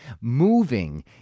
moving